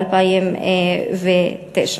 ב-2009.